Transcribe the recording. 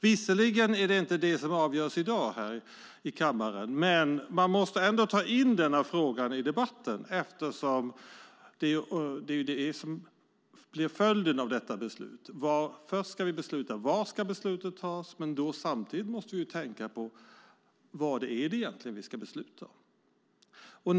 Visserligen är det inte detta som avgörs i dag här i kammaren, men man måste ändå ta in denna fråga i debatten eftersom beskattningsrätt ju kan bli följden av detta beslut. Först ska vi besluta var beslutet ska tas, men vi måste samtidigt tänka på vad det egentligen är vi ska besluta om.